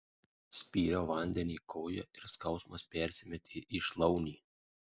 spyriau vandenyj koja ir skausmas persimetė į šlaunį